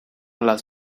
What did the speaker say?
las